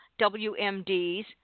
WMDs